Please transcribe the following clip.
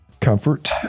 Comfort